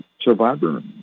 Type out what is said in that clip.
survivor